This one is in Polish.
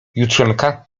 jutrzenka